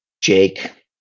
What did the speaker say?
Jake